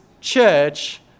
church